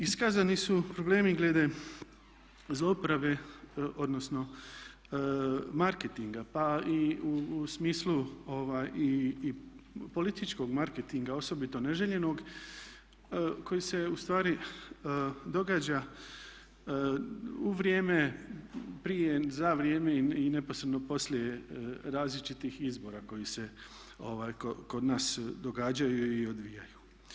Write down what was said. Iskazani su problemi glede zlouporabe, odnosno marketinga pa i u smislu i političkog marketinga osobito neželjenog koji se ustvari događa u vrijeme, prije, za vrijeme i neposredno poslije različitih izbora koji se kod nas događaju i odvijaju.